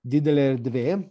didelė erdvė